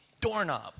doorknob